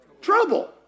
trouble